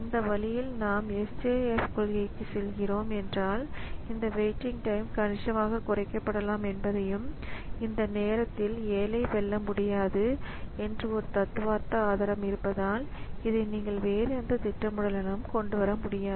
இந்த வழியில் நாம் SJF கொள்கைக்குச் செல்கிறோம் என்றால் இந்த வெயிட்டிங் டைம் கணிசமாகக் குறைக்கப்படலாம் என்பதையும் இந்த நேரத்தில் 7 ஐ வெல்ல முடியாது என்று ஒரு தத்துவார்த்த ஆதாரம் இருப்பதால் இதை நீங்கள் வேறு எந்த திட்டமிடலுடனும் கொண்டு வர முடியாது